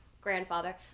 grandfather